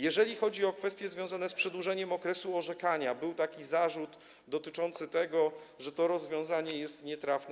Jeżeli chodzi o kwestie związane z przedłużeniem okresu orzekania, to był zarzut dotyczący tego, że to rozwiązanie jest nietrafne.